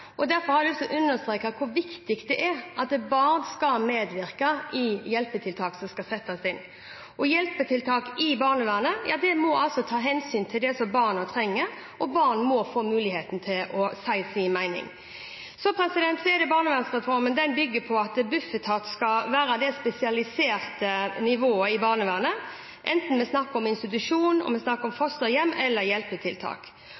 dette. Derfor har jeg lyst til å understreke hvor viktig det er at barn skal medvirke i hjelpetiltak som skal settes inn. Hjelpetiltak i barnevernet må ta hensyn til det som barna trenger, og barn må få muligheten til å si sin mening. Barnevernsreformen bygger på at Bufetat skal være det spesialiserte nivået i barnevernet, enten det er snakk om institusjon, om